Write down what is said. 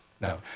No